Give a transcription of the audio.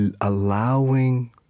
allowing